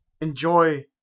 enjoy